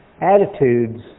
attitudes